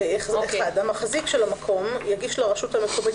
להלן: (1)המחזיק של המקום יגיש לרשות המקומית,